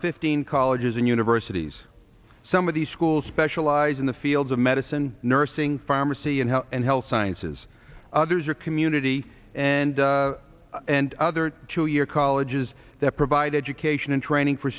fifteen colleges and universities some of these schools specialize in the fields of medicine nursing pharmacy and house and health sciences others are community and and other two year colleges that provide education and training for